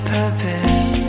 purpose